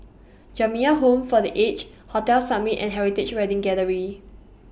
Jamiyah Home For The Aged Hotel Summit and Heritage Wedding Gallery